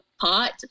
pot